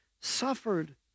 suffered